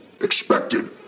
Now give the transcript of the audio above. expected